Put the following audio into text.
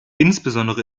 insbesondere